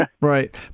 Right